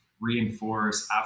reinforce